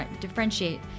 differentiate